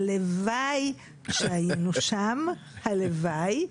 הלוואי שהיינו שם, הלוואי.